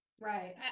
right